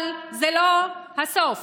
אבל זה לא הסוף